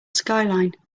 skyline